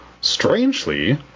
Strangely